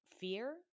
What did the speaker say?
fear